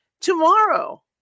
tomorrow